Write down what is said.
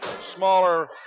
smaller